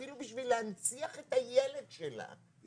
אפילו בשביל להנציח את הילד שלה,